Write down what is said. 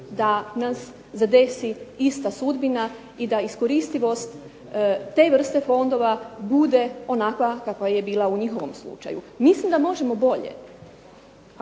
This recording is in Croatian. da nas zadesi ista sudbina i da iskoristivost te vrste fondova bude onakva kakva je bila u njihovom slučaju. Mislim da možemo bolje.